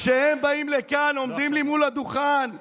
כשהם באים לכאן, עומדים לי מול הדוכן ומאיימים,